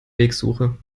wegsuche